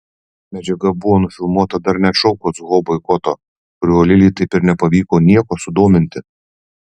medžiaga buvo nufilmuota dar neatšaukus ho boikoto kuriuo lilei taip ir nepavyko nieko sudominti